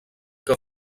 que